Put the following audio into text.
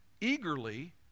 eagerly